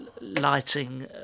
Lighting